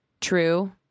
True